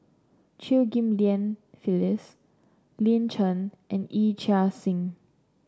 Chew Ghim Lian Phyllis Lin Chen and Yee Chia Hsing